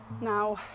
Now